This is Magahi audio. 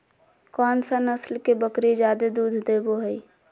कौन सा नस्ल के बकरी जादे दूध देबो हइ?